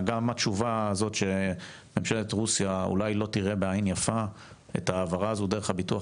גם התשובה הזו שממשלת רוסיה אולי לא תראה בעין יפה את ההעברה דרך ביטוח